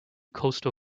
coastal